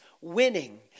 winning